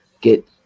get